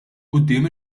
quddiem